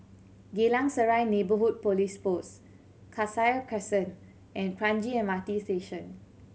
Geylang Serai Neighbourhood Police Post Cassia Crescent and Kranji M R T Station